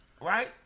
Right